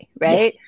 right